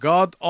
God